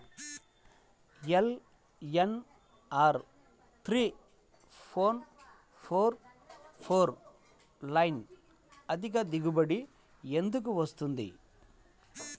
LNR three four four four nine అధిక దిగుబడి ఎందుకు వస్తుంది?